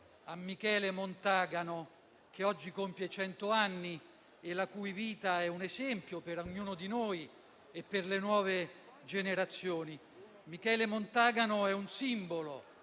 a Michele Montagano, che oggi compie cento anni e la cui vita è un esempio per ognuno di noi e per le nuove generazioni. Michele Montagano è un simbolo